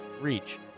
reach